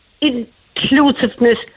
inclusiveness